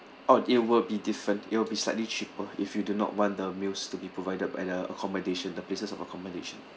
oh it will be different it'll be slightly cheaper if you do not want the meals to be provided by the accommodation the places of accommodation